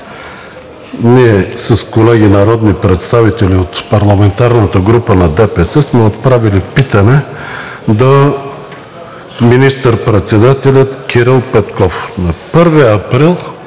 ние с колеги народни представители от парламентарната група на ДПС сме отправили питане до министър-председателя Кирил Петков. На 1 април,